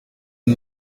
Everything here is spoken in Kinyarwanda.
uyu